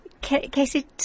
Casey